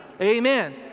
Amen